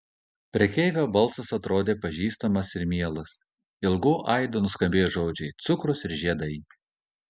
prekeivio balsas atrodė pažįstamas ir mielas ilgu aidu nuskambėjo žodžiai cukrus ir žiedai